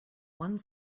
one